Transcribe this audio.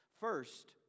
First